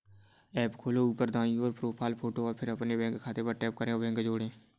app खोलो, ऊपर दाईं ओर, प्रोफ़ाइल फ़ोटो और फिर अपने बैंक खाते पर टैप करें और बैंक जोड़ें